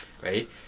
right